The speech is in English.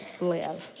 live